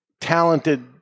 talented